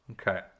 Okay